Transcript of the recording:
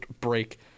break